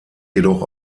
jedoch